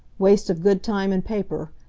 waste of good time and paper!